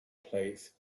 plates